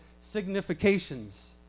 significations